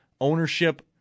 ownership